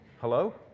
hello